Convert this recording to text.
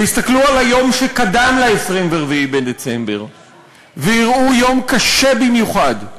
ויסתכלו על היום שקדם ל-24 בדצמבר ויראו יום קשה במיוחד.